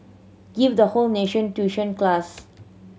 give the whole nation tuition class